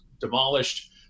demolished